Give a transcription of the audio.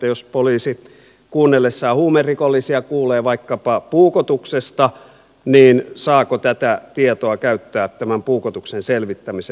jos poliisi kuunnellessaan huumerikollisia kuulee vaikkapa puukotuksesta niin saako tätä tietoa käyttää tämän puukotuksen selvittämiseen